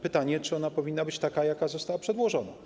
Pytanie, czy ona powinna być taka, jaka została przedłożona.